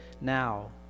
now